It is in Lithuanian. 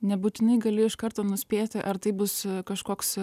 nebūtinai gali iš karto nuspėti ar tai bus kažkoks